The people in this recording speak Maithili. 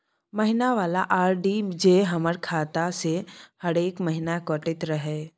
महीना वाला आर.डी जे हमर खाता से हरेक महीना कटैत रहे?